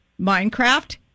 Minecraft